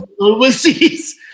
overseas